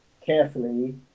carefully